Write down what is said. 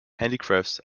handicrafts